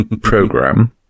program